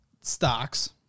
stocks